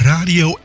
Radio